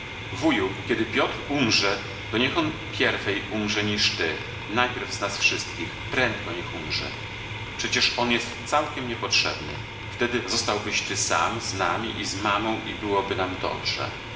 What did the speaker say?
wuju kiedy piotr umrze to niech on pierwej umrze niż ty najpierw z nas wszystkich prędko niech umrze przecież on jest całkiem niepotrzebny wtedy zostałbyś ty sam z nami i z mamą i byłoby nam dobrze